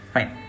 Fine